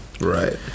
Right